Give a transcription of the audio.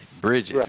bridges